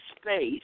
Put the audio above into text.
space